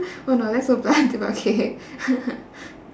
oh no that's so blunt but okay